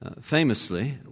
famously